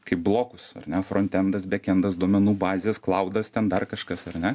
kaip blokus ar ne frontendas bekendas duomenų bazės klaudas ten dar kažkas ar ne